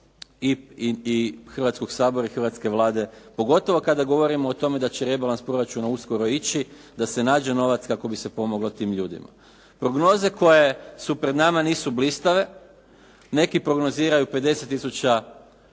i Hrvatskog sabora i hrvatske Vlade. Pogotovo kada govorimo da će rebalans proračuna uskoro ići, da se nađe novac kako bi se pomoglo tim ljudima. Prognoze koje su pred nama nisu blistave. Neki prognoziraju 50